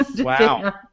Wow